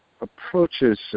approaches